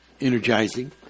energizing